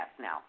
now